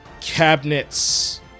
cabinets